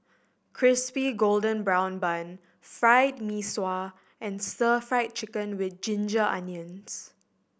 Crispy Golden Brown Bun Fried Mee Sua and Stir Fried Chicken With Ginger Onions